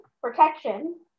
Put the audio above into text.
protection